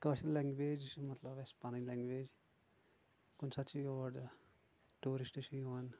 کٲشِر language چھِ مطلب اَسہِ پَنٕنۍ لیٚنٛگویج کُنہِ ساتہٕ چھِ یور ٹیوٗرِسٹ چھ یِوان